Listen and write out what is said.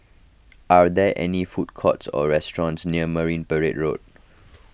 are there any food courts or restaurants near Marine Parade Road